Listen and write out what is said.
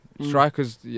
Strikers